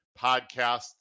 podcast